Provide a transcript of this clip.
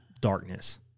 darkness